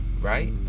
Right